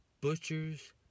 Butcher's